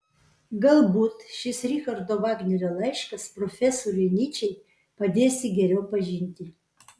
galbūt šis richardo vagnerio laiškas profesoriui nyčei padės jį geriau pažinti